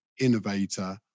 innovator